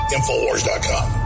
Infowars.com